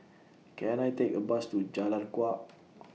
Can I Take A Bus to Jalan Kuak